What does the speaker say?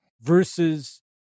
versus